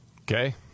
Okay